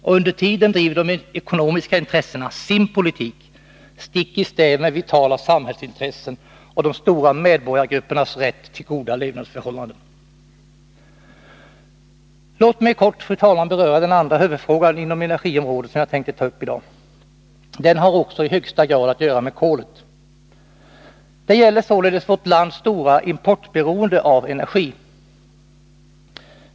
Och under tiden driver de ekonomiska intressena sin politik, stick i stäv mot vitala samhällsintressen och de stora medborgargruppernas rätt till goda levnadsförhållanden. Låt mig kort beröra den andra huvudfrågan inom energiområdet som jag tänkte ta uppi dag. Den har också i högsta grad att göra med kolet. Det gäller således vårt lands stora importberoende av energi.